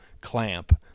clamp